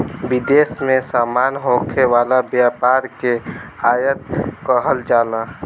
विदेश में सामान होखे वाला व्यापार के आयात कहल जाला